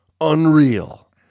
Unreal